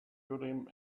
urim